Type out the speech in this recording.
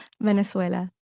Venezuela